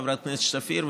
חברת הכנסת שפיר,